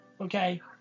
okay